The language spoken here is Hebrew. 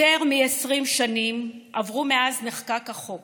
יותר מ-20 שנים עברו מאז נחקק החוק